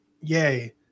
yay